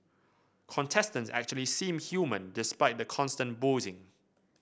contestants actually seem human despite the constant boozing